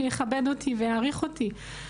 שיכבד אותי ויעריך אותי,